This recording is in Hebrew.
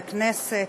הכנסת,